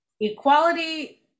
equality